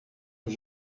nos